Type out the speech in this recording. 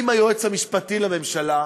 עם היועץ המשפטי לממשלה,